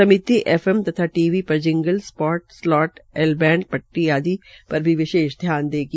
समिति एफएम तथा टीवी पर jingle spot slot L band पट्टांी इत्यादि पर भी विशेष ध्यान देगी